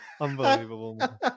Unbelievable